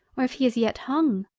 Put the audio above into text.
or if he is yet hung.